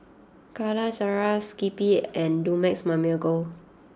Calacara Skippy and Dumex Mamil Gold